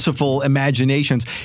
imaginations